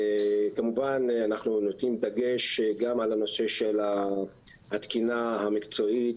כמובן אנחנו נותנים דגש גם על הנושא של התקינה המקצועית